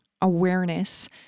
awareness